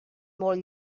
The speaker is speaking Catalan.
molt